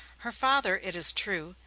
her father, it is true,